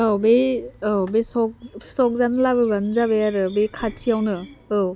औ बे औ बे सक सक जान लाबोबानो जाबाय आरो बे खाथियावनो औ